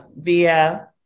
via